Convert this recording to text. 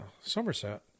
Somerset